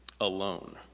Alone